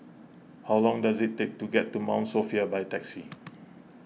how long does it take to get to Mount Sophia by taxi